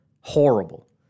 horrible